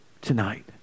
tonight